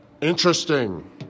Interesting